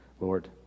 Lord